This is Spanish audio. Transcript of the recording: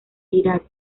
irak